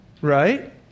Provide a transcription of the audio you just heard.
right